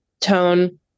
tone